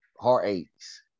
Heartaches